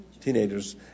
teenagers